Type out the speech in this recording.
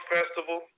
Festival